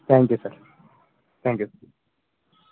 thank you sir thank you